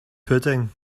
pudding